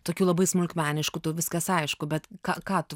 tokiu labai smulkmenišku tau viskas aišku bet ką ką tu